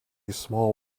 small